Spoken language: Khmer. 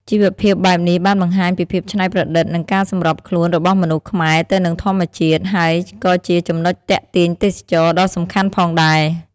ជីវភាពបែបនេះបានបង្ហាញពីភាពច្នៃប្រឌិត និងការសម្របខ្លួនរបស់មនុស្សខ្មែរទៅនឹងធម្មជាតិ ហើយក៏ជាចំណុចទាក់ទាញទេសចរណ៍ដ៏សំខាន់ផងដែរ។